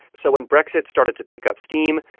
so when brexit started to pick up steam,